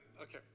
Okay